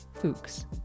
Fuchs